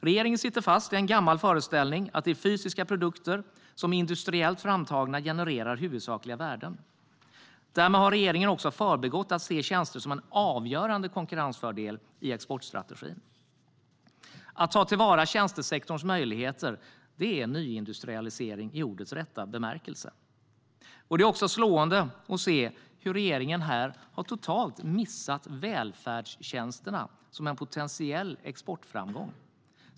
Regeringen sitter fast i en gammal föreställning om att det är industriellt framtagna fysiska produkter som genererar huvudsakliga värden. Därmed har regeringen också förbigått att se tjänster som en avgörande konkurrensfördel i exportstrategin. Att ta till vara tjänstesektorns möjligheter är nyindustrialisering i ordets rätta bemärkelse. Det är också slående att se hur regeringen här totalt har missat välfärdstjänsterna som en potentiell exportframgång.